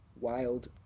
wild